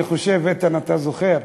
איתן, אני חושב שאתה זוכר,